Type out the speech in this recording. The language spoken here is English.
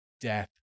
death